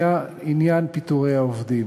היה עניין פיטורי העובדים.